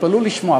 תתפלאו לשמוע,